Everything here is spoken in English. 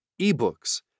eBooks